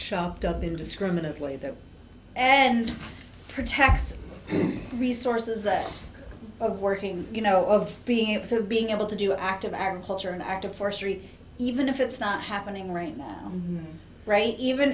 chopped up indiscriminately that and protects resources that are working you know of being able to being able to do active agriculture an act of forestry even if it's not happening right now right even